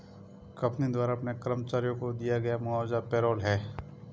company द्वारा अपने कर्मचारियों को दिया गया मुआवजा पेरोल है